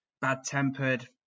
bad-tempered